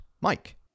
Mike